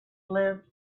lived